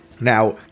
Now